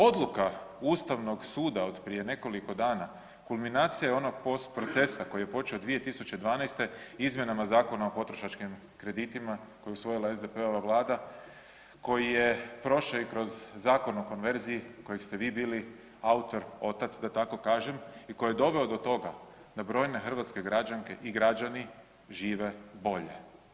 Odluka Ustavnog suda od prije nekoliko dana kulminacija je onog procesa koji je počeo 2012. izmjenama Zakona o potrošačkim kreditima koji je usvojila SDP-ova Vlada, koji je prošao i kroz Zakon o konverziji, kojeg ste vi bili autor, otac, da tako kažem i koji je doveo do toga da brojne hrvatske građanke i građani žive bolje.